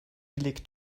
click